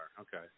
Okay